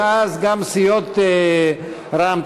ואז גם סיעות רע"ם-תע"ל-מד"ע,